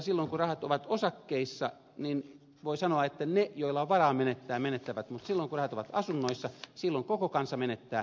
silloin kun varat ovat osakkeissa voi sanoa että ne joilla on varaa menettää menettävät mutta silloin kun rahat ovat asunnoissa koko kansa menettää